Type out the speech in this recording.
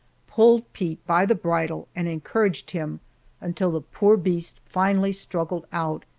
pulled pete by the bridle and encouraged him until the poor beast finally struggled out,